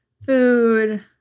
food